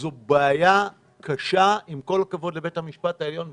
זו בעיה קשה, עם כל הכבוד לבית המשפט העליון.